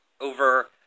over